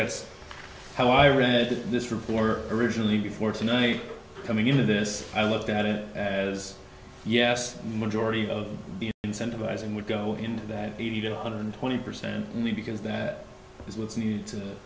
that's how i read this report originally before tonight coming into this i looked at it as yes majority of incentivising would go in that eighty to one and twenty percent only because that is what's needed to